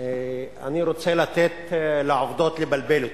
אני רוצה לתת לעובדות לבלבל אותי,